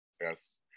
yes